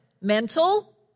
mental